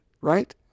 right